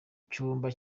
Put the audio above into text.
cyumba